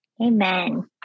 Amen